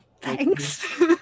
thanks